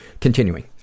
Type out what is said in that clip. Continuing